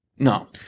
No